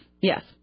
yes